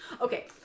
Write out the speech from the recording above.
Okay